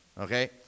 okay